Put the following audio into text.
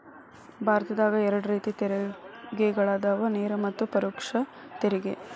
ಭಾರತದಾಗ ಎರಡ ರೇತಿ ತೆರಿಗೆಗಳದಾವ ನೇರ ಮತ್ತ ಪರೋಕ್ಷ ತೆರಿಗೆ